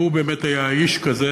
הוא באמת היה איש כזה.